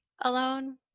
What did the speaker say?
alone